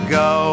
go